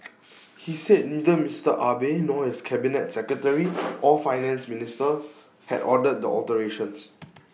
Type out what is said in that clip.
he said neither Mister Abe nor his cabinet secretary or Finance Minister had ordered the alterations